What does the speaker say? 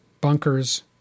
bunkers